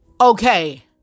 Okay